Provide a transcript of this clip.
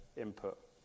input